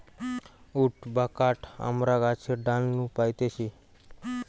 would বা কাঠ আমরা গাছের ডাল নু পাইতেছি